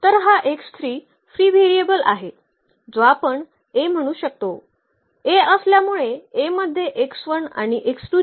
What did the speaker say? तर हा free variable आहे जो आपण म्हणू शकतो